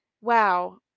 wow